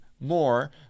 More